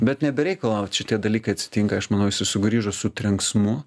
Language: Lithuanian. bet ne be reikalo vat šitie dalykai atsitinka aš manau jisai sugrįžo su trenksmu